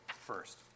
first